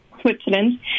Switzerland